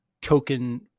token